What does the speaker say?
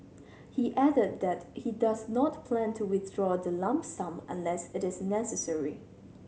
he added that he does not plan to withdraw the lump sum unless it is necessary